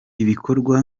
ibikorwa